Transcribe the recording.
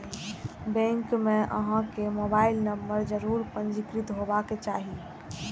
bank मे अहां केर मोबाइल नंबर जरूर पंजीकृत हेबाक चाही